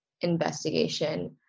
investigation